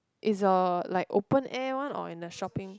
it's a like open air one or in the shopping